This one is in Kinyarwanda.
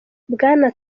bwana